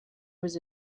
was